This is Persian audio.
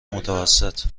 متوسط